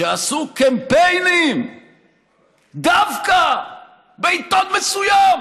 שעשו קמפיינים דווקא בעיתון מסוים.